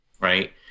right